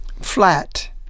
flat